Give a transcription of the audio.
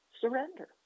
surrender